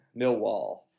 Millwall